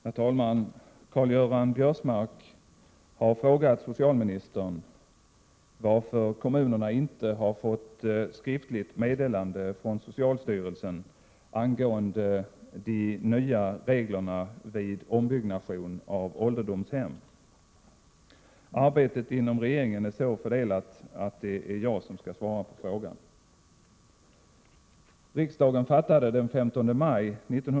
Herr talman! Karl-Göran Biörsmark har frågat socialministern varför kommunerna inte har fått skriftligt meddelande från socialstyrelsen angående de nya reglerna vid ombyggnad av ålderdomshem. Arbetet inom regeringen är så fördelat att det är jag som skall svara på frågan.